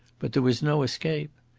but there was no escape.